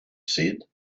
said